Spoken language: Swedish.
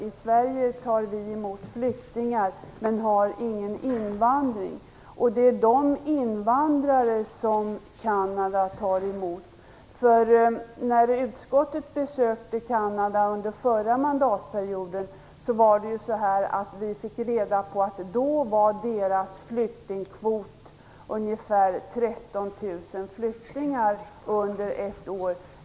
I Sverige tar vi emot flyktingar men har ingen invandring. Det är de invandrare som Kanada tar emot som får denna hjälp. Utskottet besökte Kanada under förra mandatperioden. Vi fick då reda på att Kanadas flyktingkvot var ungefär 13 000 flyktingar under ett år.